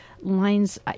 lines